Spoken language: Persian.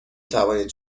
توانید